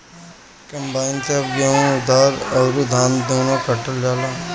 combine से अब गेहूं अउर धान दूनो काटल जाला